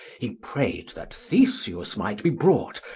he prayed that theseus might be brought,